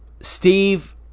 Steve